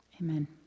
Amen